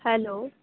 hello